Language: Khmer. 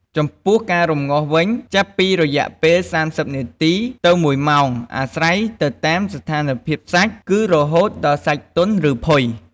ចំពោះការរំងាស់វិញ ចាប់ពីរយៈពេល៣០នាទី ទៅ ១ម៉ោងអាស្រ័យទៅតាមស្ថានភាពសាច់ គឺរហូតដល់សាច់ទន់ឬផុយ។